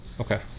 Okay